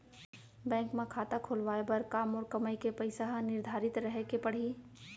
Bank म खाता खुलवाये बर का मोर कमाई के पइसा ह निर्धारित रहे के पड़ही?